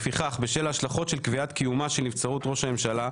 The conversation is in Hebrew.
לפיכך בשל ההשלכות של קביעת קיומה של נבצרות ראש הממשלה,